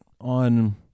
on